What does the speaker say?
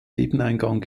nebeneingang